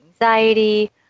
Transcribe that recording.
anxiety